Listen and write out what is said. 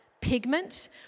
pigment